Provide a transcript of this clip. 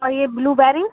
اور یہ بلو بیری